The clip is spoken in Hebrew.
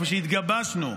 איפה שהתגבשנו,